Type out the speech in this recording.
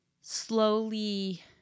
slowly